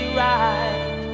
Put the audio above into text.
right